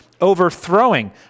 overthrowing